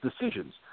decisions